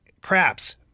craps